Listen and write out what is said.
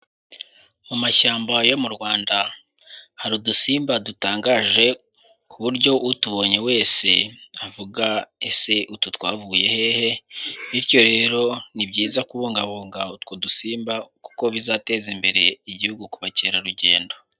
Mu mashyamba yo mu Rwanda hari udusimba dutangaje ku buryo utubonye wese avuga ese utu twavuye hehe, bityo rero ni byiza kubungabunga utwo dusimba kuko bizateza imbere igihugu ku bakerarugendo.